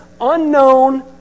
unknown